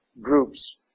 groups